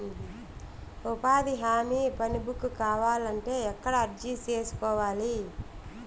ఉపాధి హామీ పని బుక్ కావాలంటే ఎక్కడ అర్జీ సేసుకోవాలి?